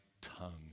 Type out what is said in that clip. tongue